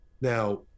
Now